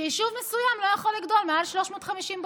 שיישוב מסוים לא יכול לגדול מעל 350 בתים.